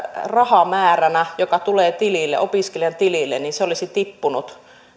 rahamääränä joka tulee opiskelijan tilille olisi tippunut